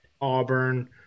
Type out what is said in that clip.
auburn